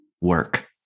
work